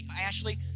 Ashley